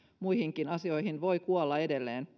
muihinkin asioihin kuin koronaan voi edelleen